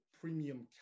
premium